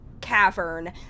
cavern